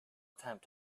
attempt